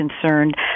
concerned